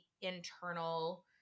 internal